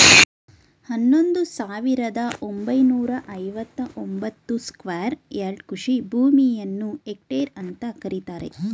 ಹನ್ನೊಂದು ಸಾವಿರದ ಒಂಬೈನೂರ ಐವತ್ತ ಒಂಬತ್ತು ಸ್ಕ್ವೇರ್ ಯಾರ್ಡ್ ಕೃಷಿ ಭೂಮಿಯನ್ನು ಹೆಕ್ಟೇರ್ ಅಂತ ಕರೀತಾರೆ